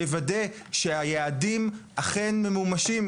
אז הוועדה הזו קצת יותר חזקה מוועדת הבריאות.